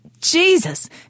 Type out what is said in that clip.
Jesus